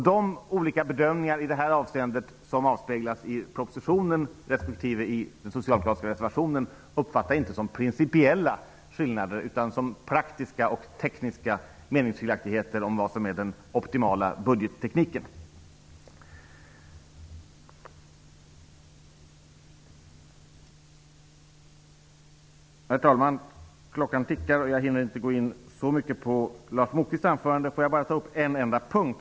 De olika bedömningar i det här avseendet som avspeglas i propositionen respektive i den socialdemokratiska reservationen uppfattar jag inte som principiella skillnader utan som praktiska och tekniska meningsskiljaktigheter om vad som är den optimala budgettekniken. Herr talman! Klockan tickar, och jag hinner inte gå in så mycket på Lars Moquists anförande. Jag vill bara ta upp en enda punkt.